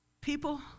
people